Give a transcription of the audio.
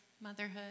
motherhood